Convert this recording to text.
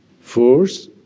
force